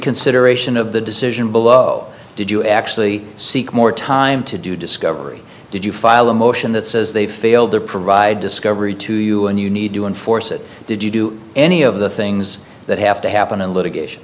reconsideration of the decision below did you actually seek more time to do discovery did you file a motion that says they failed to provide discovery to you and you need to enforce it did you do any of the things that have to happen in litigation